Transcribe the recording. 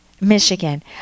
Michigan